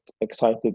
excited